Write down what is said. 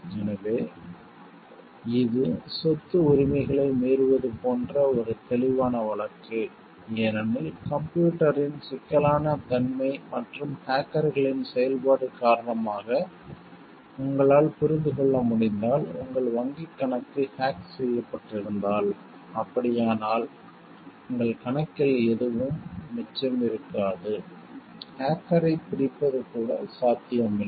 எனவே இது சொத்து உரிமைகளை மீறுவது போன்ற ஒரு தெளிவான வழக்கு ஏனெனில் கம்ப்யூட்டர்யின் சிக்கலான தன்மை மற்றும் ஹேக்கர்களின் செயல்பாடு காரணமாக உங்களால் புரிந்து கொள்ள முடிந்தால் உங்கள் வங்கிக் கணக்கு ஹேக் செய்யப்பட்டிருந்தால் அப்படியானால் உங்கள் கணக்கில் எதுவும் மிச்சமிருக்காது ஹேக்கரைப் பிடிப்பது கூட சாத்தியமில்லை